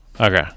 Okay